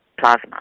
plasma